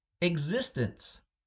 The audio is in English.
existence